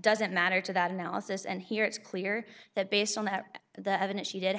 doesn't matter to that analysis and here it's clear that based on that the evidence she did